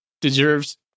deserves